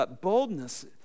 boldness